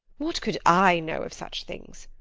what could i know of such things?